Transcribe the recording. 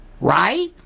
right